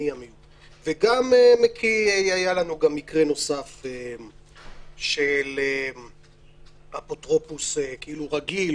וגם היה לנו מקרה נוסף של אפוטרופוס רגיל,